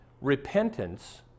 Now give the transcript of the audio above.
Repentance